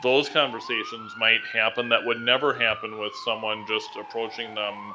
those conversations might happen that would never happen with someone just approaching them